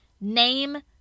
Name